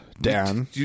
Dan